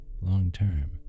long-term